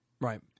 Right